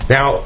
Now